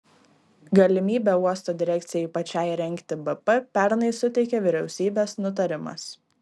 galimybę uosto direkcijai pačiai rengti bp pernai suteikė vyriausybės nutarimas